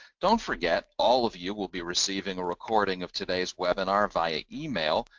don't forget, all of you will be receiving a recording of today's webinar via email,